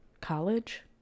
college